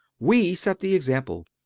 we set the example.